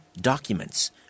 documents